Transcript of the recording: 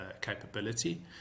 capability